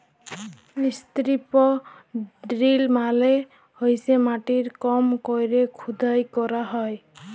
strip drill মালে হইসে মাটির কম কইরে খুদাই ক্যইরা হ্যয়